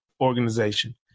organization